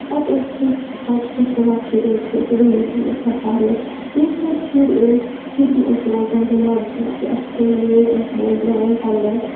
پَتہٕ اوسُس پَتہٕ اوس تُلان شُرٮ۪ن تھوٚد تہٕ ؤنِو سا مےٚ کیٛاہ پَرنو ییٚمۍ سۭتۍ شُرۍ ٲس شُرٮ۪ن اوس روزان دٮ۪ماغَس منٛز کہِ اَسہِ تُلُن وٕنۍ اَسہِ بوزناوَن